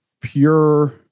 pure